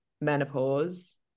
menopause